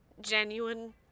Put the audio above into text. genuine